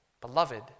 beloved